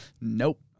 Nope